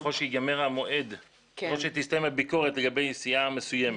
ככל שתסתיים הביקורת לגבי סיעה מסוימת.